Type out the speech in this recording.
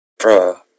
Bruh